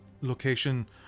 location